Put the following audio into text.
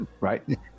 right